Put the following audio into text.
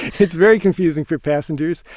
it's very confusing for passengers.